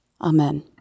Amen